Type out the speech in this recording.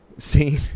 scene